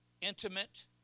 intimate